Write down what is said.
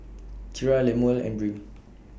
Kira Lemuel and Brynn